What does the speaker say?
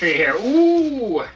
here. oooh!